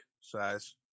size